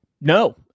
no